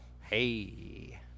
Hey